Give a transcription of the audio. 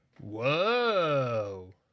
Whoa